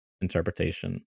interpretation